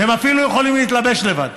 והם אפילו יכולים להתלבש לבד.